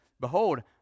Behold